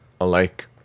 alike